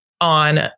on